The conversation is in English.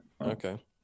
Okay